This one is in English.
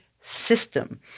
system